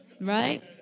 right